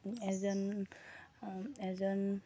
এজন এজন